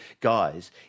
guys